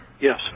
Yes